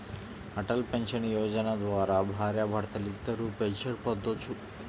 Atal pension Yojana ద్వారా భార్యాభర్తలిద్దరూ pension పొందొచ్చు